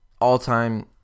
all-time